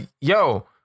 yo